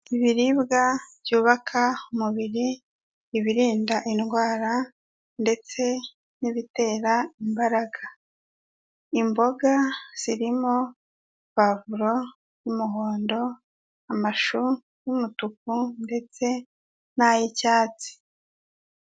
Ibiribwa byubaka umubiri, ibirinda indwara ndetse n'ibitera imbaraga, imboga zirimo puwavuro y'umuhondo, amashu y'umutuku ndetse n'ay'icyatsi.